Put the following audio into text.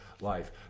life